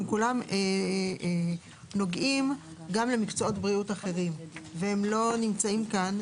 הם כולם נוגעים גם למקצועות בריאות אחרים והם לא נמצאים כאן,